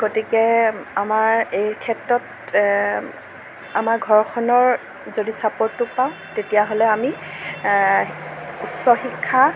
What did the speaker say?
গতিকে আমাৰ এই ক্ষেত্ৰত আমাৰ ঘৰখনৰ যদি চাপ'ৰ্টটো পাওঁ তেতিয়াহ'লে আমি উচ্চ শিক্ষা